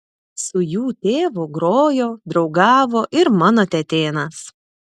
su jų tėvu grojo draugavo ir mano tetėnas